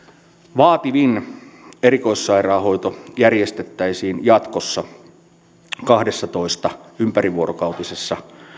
vaativin erikoissairaanhoito järjestettäisiin jatkossa kahdessatoista ympärivuorokautisesti